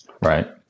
Right